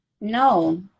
No